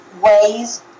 ways